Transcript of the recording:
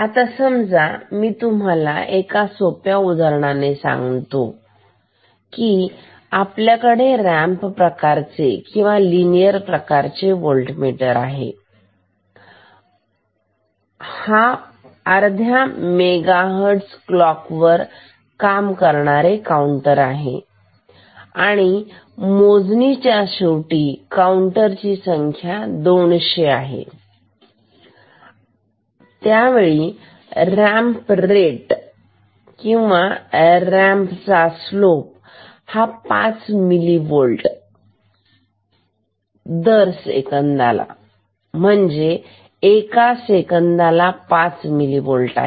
आता समजा मी तुम्हाला एका सोप्या उदाहरणाने सांगतो की आपल्याकडे रॅम्प प्रकारचे किंवा लिनियर रॅम्प प्रकारचे व्होल्टमीटर आहे आणि अर्ध मेगाहर्ट्झ क्लॉक वर काम करणारे काऊंटर आहे आणि मोजणीच्या शेवटी काउंटर ची संख्या 200 इतकी आहे आणि ramp rate ramp slope 5 millivolt per millisecond म्हणजे एका मिलीसेकंदाला 5 मिलीव्होल्ट आहे